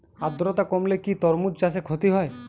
আদ্রর্তা কমলে কি তরমুজ চাষে ক্ষতি হয়?